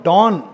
Dawn